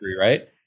right